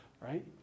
right